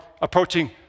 approaching